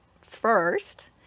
first